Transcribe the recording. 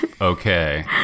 okay